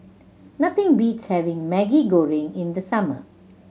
nothing beats having Maggi Goreng in the summer